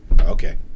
Okay